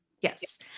Yes